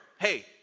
hey